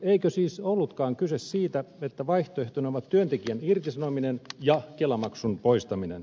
eikö siis ollutkaan kyse siitä että vaihtoehtoina ovat työntekijän irtisanominen ja kelamaksun poistaminen